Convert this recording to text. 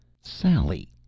Sally